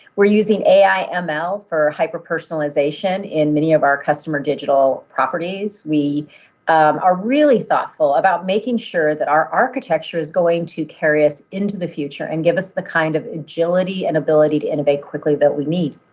we're using ai ah ml for hyper personalization in many of our customer digital properties. we are really thoughtful about making sure that our architecture is going to carry us into the future and give us the kind of agility and ability to innovate quickly that we need.